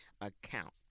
account